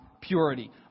purity